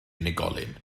unigolyn